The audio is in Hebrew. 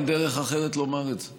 אין דרך אחרת לומר את זה.